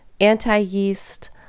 anti-yeast